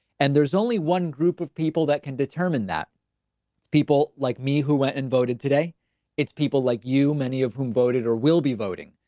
and there's only one group of people that can determine that people like me who went and voted today it's people like you. many of whom voted or will be voting,